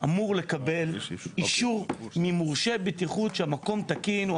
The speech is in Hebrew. אני אמור לקבל אישור ממורשה בטיחות שהמקום תקין.